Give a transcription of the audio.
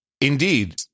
Indeed